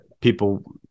people